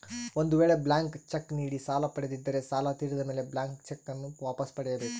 ಒಂದು ವೇಳೆ blank cheque ನೀಡಿ ಸಾಲ ಪಡೆದಿದ್ದರೆ ಸಾಲ ತೀರಿದ ಮೇಲೆ ಬ್ಲಾಂತ್ ಚೆಕ್ ನ್ನು ವಾಪಸ್ ಪಡೆಯ ಬೇಕು